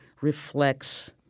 reflects